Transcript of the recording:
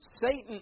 Satan